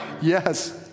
yes